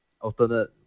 alternate